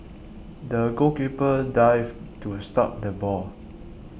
the goalkeeper dived to stop the ball